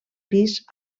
gris